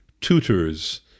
tutors